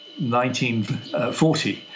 1940